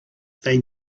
they